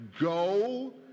go